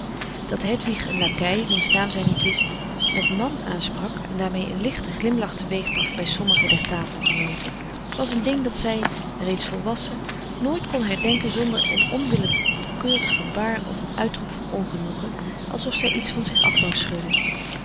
dat hedwig een lakei wiens naam zij niet wist met man aansprak en daarmee een lichte glimlach teweegbracht bij sommige der tafelgenooten was een ding dat zij reeds volwassen nooit kon herdenken zonder een onwillekeurig gebaar of een uitroep van ongenoegen alsof zij iets van zich af wou schudden